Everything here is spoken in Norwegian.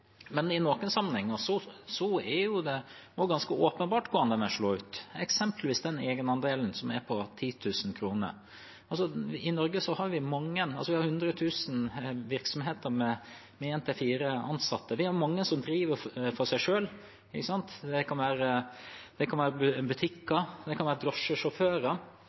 men i noen sammenhenger er det jo ganske åpenbart hvordan den vil slå ut, eksempelvis med den egenandelen som er på 10 000 kr. I Norge har vi 100 000 virksomheter med én til fire ansatte. Det er mange som driver for seg selv. Det kan være butikker, det kan være